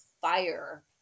fire